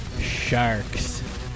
sharks